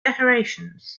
decorations